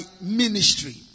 ministry